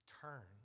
turn